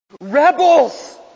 Rebels